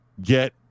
get